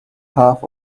half